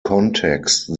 context